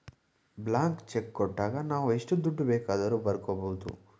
blank cheque ಕೊಟ್ಟಾಗ ನಾವು ಎಷ್ಟು ದುಡ್ಡು ಬೇಕಾದರೂ ಬರ್ಕೊ ಬೋದು